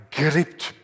gripped